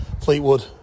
Fleetwood